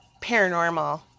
paranormal